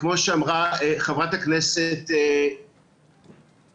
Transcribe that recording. כמו שאמרה חברת הכנסת מלינובסקי,